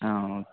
ஆ okay